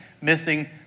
missing